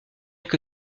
que